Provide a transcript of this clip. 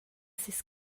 seis